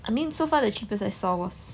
I mean so far the cheapest I saw was